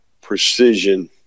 precision